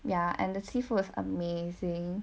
ya and the seafood is amazing